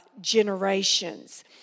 generations